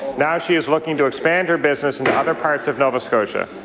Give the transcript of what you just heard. now she is looking to expand her business into other parts of nova scotia.